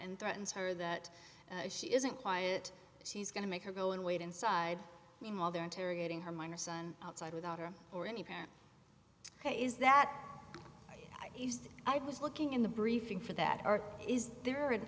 and threatens her that she isn't quiet she's going to make her go and wait inside meanwhile they're interrogating her minor son outside without her or any parent is that i used i was looking in the briefing for that or is there an